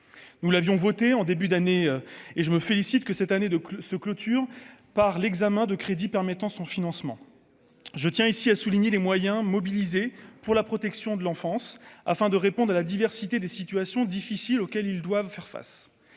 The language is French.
nous l'avions voté en début d'année et je me félicite que cette année de se clôture par l'examen de crédits permettant son financement, je tiens ici à souligner les moyens mobilisés pour la protection de l'enfance, afin de répondre à la diversité des situations difficiles auxquelles ils doivent faire face,